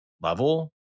level